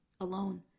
alone